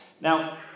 Now